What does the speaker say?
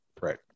right